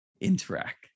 Interact